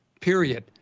period